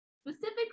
specifically